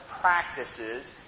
practices